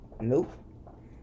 Nope